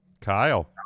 Kyle